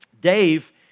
Dave